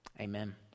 Amen